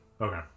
Okay